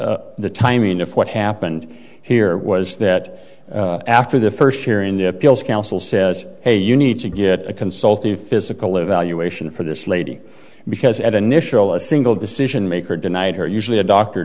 is the timing of what happened here was that after the first hearing the appeals counsel says hey you need to get a consult the physical evaluation for this lady because at a nissho a single decision maker denied her usually a doctor